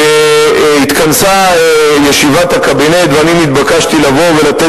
כשהתכנסה ישיבת הקבינט ואני נתבקשתי לבוא ולתת